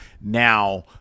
now